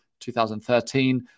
2013